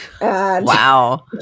wow